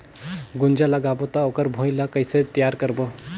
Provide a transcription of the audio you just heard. गुनजा लगाबो ता ओकर भुईं ला कइसे तियार करबो?